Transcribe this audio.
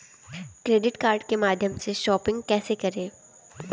Credit card के माध्यम से शॉपिंग कैसे करें?